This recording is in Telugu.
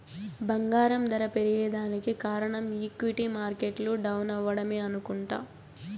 బంగారం దర పెరగేదానికి కారనం ఈక్విటీ మార్కెట్లు డౌనవ్వడమే అనుకుంట